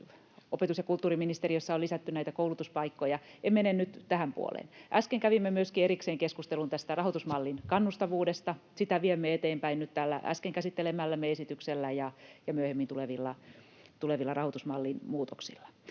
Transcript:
Opetus- ja kulttuuriministeriössä on lisätty koulutuspaikkoja. — En mene nyt tähän puoleen. Äsken kävimme myöskin erikseen keskustelun rahoitusmallin kannustavuudesta. Sitä viemme eteenpäin nyt tällä äsken käsittelemällämme esityksellä ja myöhemmin tulevilla rahoitusmallin muutoksilla.